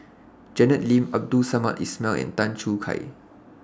Janet Lim Abdul Samad Ismail and Tan Choo Kai